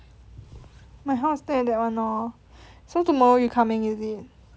my house there that [one] lor so tomorrow you coming is it